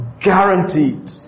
guaranteed